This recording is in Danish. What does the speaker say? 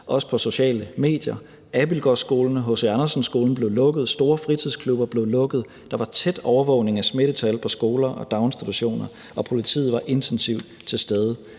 også på sociale medier, Abildgårdskolen og H.C. Andersen Skolen blev lukket, store fritidsklubber blev lukket, der var tæt overvågning af smittetal på skoler og i daginstitutioner, og politiet var intensivt til stede.